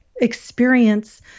experience